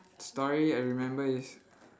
story I remember is